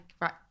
right